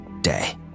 day